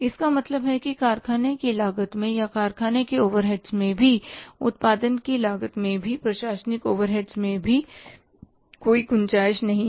इसका मतलब है कि कारखाने की लागत में या कारखाने के ओवरहेड्स में भी उत्पादन की लागत में भी प्रशासनिक ओवरहेड्स में भी कोई गुंजाईश नहीं है